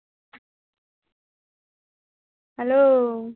hello